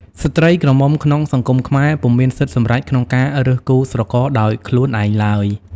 ស្ត្រីក្រមុំក្នុងសង្គមខ្មែរពុំមានសិទ្ធិសម្រេចក្នុងការរើសគូស្រករដោយខ្លួនឯងឡើយ ។